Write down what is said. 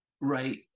Right